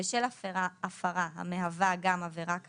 בשל הפרה המהווה גם עבירה כאמור,